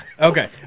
okay